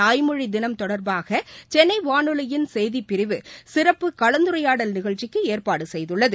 தாய்மொழி தினம் தொடர்பாக சென்னை வானொலியின் செய்திப் பிரிவு சிறப்பு கலந்துரையாடல் நிகழ்ச்சிக்கு ஏற்பாடு செய்துள்ளது